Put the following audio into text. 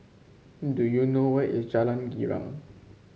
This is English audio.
do you know where is Jalan Girang